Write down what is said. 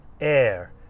air